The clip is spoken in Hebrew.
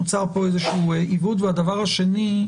נוצר פה איזה עיוות; והדבר השני,